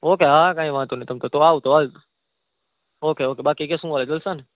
okay હા કાંઇ વાંધો નઇ તમ તો આવ તો હાલ ઓકે ઓકે બાકી કે શું હાલે જલસા ને